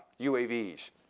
UAVs